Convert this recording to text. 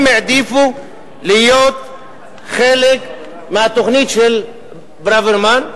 הם העדיפו להיות חלק מהתוכנית של ברוורמן,